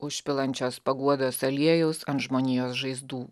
užpilančios paguodos aliejaus ant žmonijos žaizdų